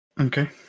Okay